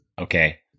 Okay